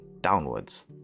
downwards